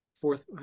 fourth